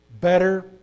better